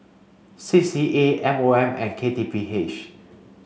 C C A M O M and K T P H